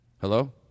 Hello